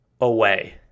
away